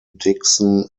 dickson